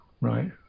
right